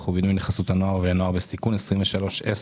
ובינוי חסות הנוער ונוער בסיכון 23-12-05: